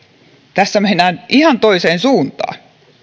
tässä mennään ihan toiseen suuntaan